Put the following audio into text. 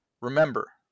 Remember